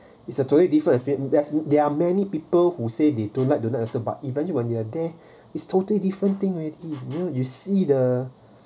it's a totally different I feel there are there are many people who say they don't like but evenly when they're there is totally different thing already know you see the